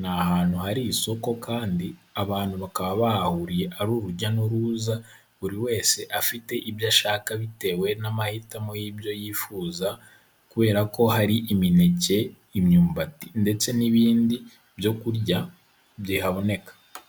ni ahantu hari isoko kandi abantu bakaba bahahuriye, ari urujya n'uruza buri wese afite ibyo ashaka bitewe n'amahitamo y'ibyo yifuza kubera ko hari imineke, imyumbati ndetse n'ibindi byo kurya bihaboneka.